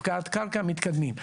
הפקעת קרקע - מתקדמים.